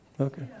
Okay